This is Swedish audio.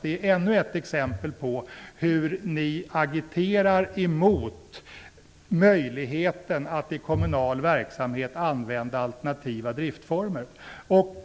Det är ännu ett exempel på hur ni agiterar emot möjligheten att använda alternativa driftformer i kommunal verksamhet.